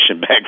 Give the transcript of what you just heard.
back